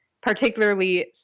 particularly